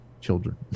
Children